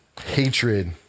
hatred